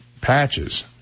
patches